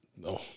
No